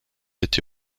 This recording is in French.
été